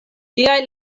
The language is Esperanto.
liaj